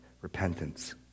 repentance